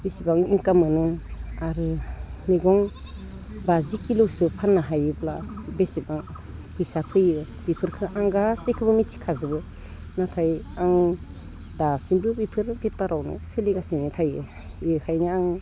बिसिबां इन्काम मोनो आरो मैगं बाजिकिल'सो फाननो हायोब्ला बेसेबां फैसा फैयो बेफोरखो आं गासिखौबो मिथिखाजोबो नाथाय आं दासिमबो बेफोर बेफारावनो सोलिगासिनो थायो बेखायनो आं